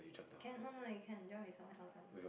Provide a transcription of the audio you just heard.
can no no you can jump with someone else ah